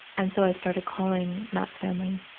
and so, i started calling matt's family.